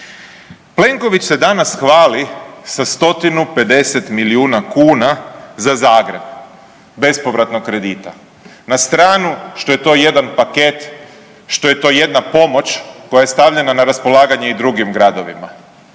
Plenković se danas hvali sa stotinu 50 milijuna kuna za Zagreb bespovratnog kredita, na stranu što je to jedan paket, što je to jedna pomoć koja je stavljena na raspolaganje i drugim gradovima,